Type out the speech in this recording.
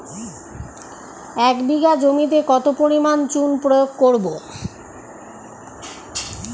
এক বিঘা জমিতে কত পরিমাণ চুন প্রয়োগ করব?